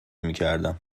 میکردم